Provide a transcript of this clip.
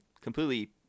completely